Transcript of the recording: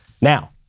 Now